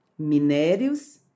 minérios